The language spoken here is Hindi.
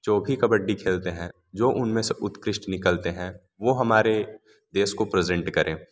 जो भी कबड्डी खेलते हैं जो उन में से उत्कृष्ट निकलते हैं वो हमारे देश को प्रज़ेंट करें